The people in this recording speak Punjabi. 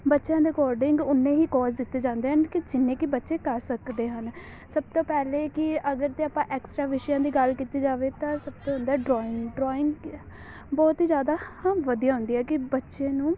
ਬੱਚਿਆਂ ਦੇ ਅਕੋਡਿੰਗ ਉਨੇ ਹੀ ਕੋਜ਼ ਦਿੱਤੇ ਜਾਂਦੇ ਹਨ ਕਿ ਜਿੰਨੇ ਕਿ ਬੱਚੇ ਕਰ ਸਕਦੇ ਹਨ ਸਭ ਤੋਂ ਪਹਿਲੇ ਕਿ ਅਗਰ ਤਾਂ ਆਪਾਂ ਐਕਸਟਰਾ ਵਿਸ਼ਿਆਂ ਦੀ ਗੱਲ ਕੀਤੀ ਜਾਵੇ ਤਾਂ ਸਭ ਤੋਂ ਹੁੰਦਾ ਡਰੋਇੰਗ ਡਰੋਇੰਗ ਕੀ ਹੈ ਬਹੁਤ ਹੀ ਜ਼ਿਆਦਾ ਹਾਂ ਵਧੀਆ ਹੁੰਦੀ ਹੈ ਕਿ ਬੱਚੇ ਨੂੰ